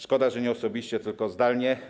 Szkoda, że nie osobiście, tylko zdalnie.